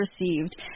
received